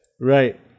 Right